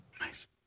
Nice